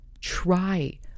Try